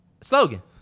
Slogan